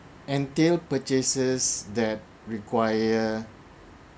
entail purchases that require